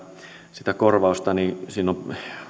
sitä korvausta on